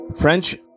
French